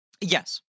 Yes